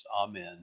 Amen